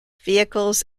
vehicles